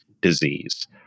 disease